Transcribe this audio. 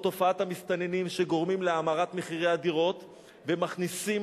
תופעת המסתננים שגורמים להאמרת מחירי הדירות ומכניסים